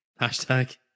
hashtag